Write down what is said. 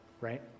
right